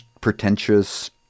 pretentious